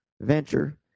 Venture